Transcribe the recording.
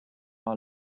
our